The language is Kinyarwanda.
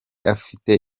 afite